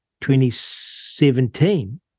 2017